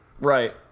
Right